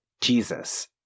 Jesus